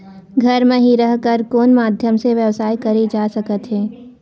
घर म हि रह कर कोन माध्यम से व्यवसाय करे जा सकत हे?